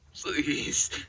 please